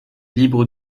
libre